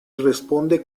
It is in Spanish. responde